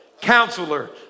counselor